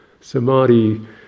Samadhi